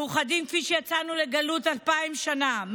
מאוחדים כפי שהיינו כשיצאנו לגלות אלפיים שנה,